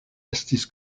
estis